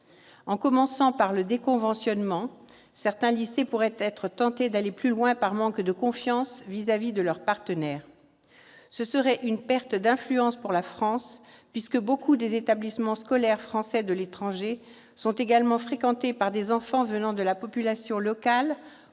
En commençant par le déconventionnement, certains lycées pourraient être tentés d'aller plus loin par manque de confiance à l'égard de leur partenaire. Ce serait une perte d'influence pour la France, puisque beaucoup d'établissements scolaires français de l'étranger sont également fréquentés par des enfants venant de la population locale